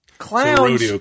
Clowns